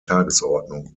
tagesordnung